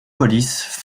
police